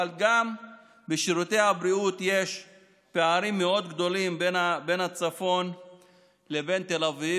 אבל גם בשירותי הבריאות יש פערים מאוד גדולים בין הצפון לבין תל אביב.